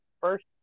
first